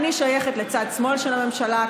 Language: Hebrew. אני שייכת לצד שמאל של הממשלה.